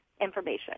information